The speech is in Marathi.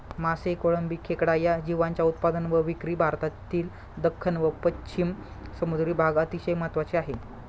मासे, कोळंबी, खेकडा या जीवांच्या उत्पादन व विक्री भारतातील दख्खन व पश्चिम समुद्री भाग अतिशय महत्त्वाचे आहे